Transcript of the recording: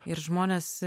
ir žmonės